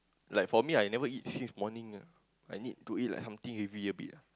like for me I never eat since morning ah I need to eat like something heavy a bit ah